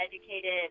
educated